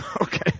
okay